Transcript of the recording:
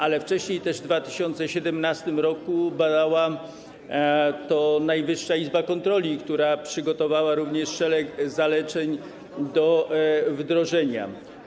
Ale wcześniej, w 2017 r. badała to Najwyższa Izba Kontroli, która przygotowała również szereg zaleceń do wdrożenia.